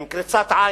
עם קריצת עין.